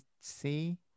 see